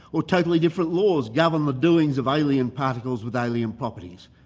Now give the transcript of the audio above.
or totally different laws govern the doings of alien particles with alien properties.